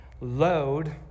Load